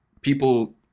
people